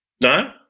no